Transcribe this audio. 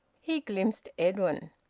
he glimpsed edwin.